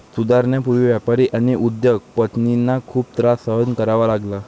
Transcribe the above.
सुधारणांपूर्वी व्यापारी आणि उद्योग पतींना खूप त्रास सहन करावा लागला